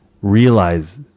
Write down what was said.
realize